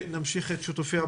נמשיך את שיתופי הפעולה.